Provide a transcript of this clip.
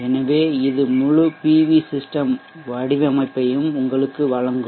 எனவே இது முழு பி வி சிஸ்டெம் வடிவமைப்பையும் உங்களுக்கு வழங்கும்